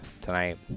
tonight